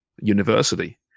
University